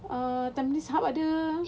err tampines hub ada